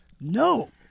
no